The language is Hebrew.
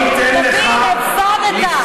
תבין, הפסדת.